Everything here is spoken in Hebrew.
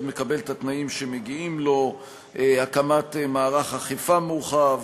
מקבל את התנאים שמגיעים לו והקמת מערך אכיפה מורחב,